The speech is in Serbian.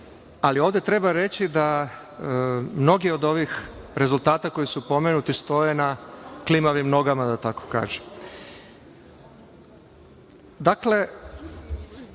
ali ovde treba reći da mnogi od ovih rezultata koji su pomenuti stoje na klimavim nogama, da tako kažem. Dakle,